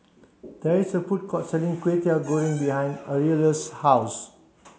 there is a food court selling Kway Teow Goreng behind Aurelio's house